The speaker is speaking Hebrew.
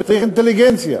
צריך אינטליגנציה.